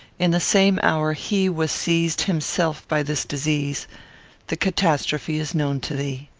in the same hour he was seized himself by this disease the catastrophe is known to thee.